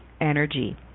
energy